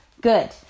good